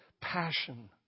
passion